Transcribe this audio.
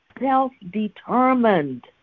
self-determined